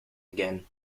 again